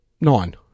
Nine